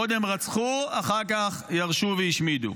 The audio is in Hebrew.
קודם רצחו ואחר כך ירשו והשמידו.